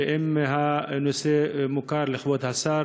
ואם הנושא מוכר לכבוד השר,